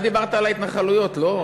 אתה דיברת על ההתנחלויות, לא?